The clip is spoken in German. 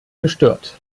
gestört